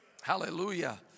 Hallelujah